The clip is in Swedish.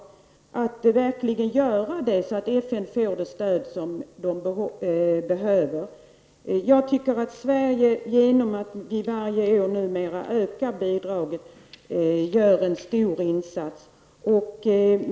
Det gäller verkligen att se till att så sker, så att FN får det stöd som behövs. Jag tycker att Sverige -- numera höjs ju det här bidraget varje år -- gör en stor insats.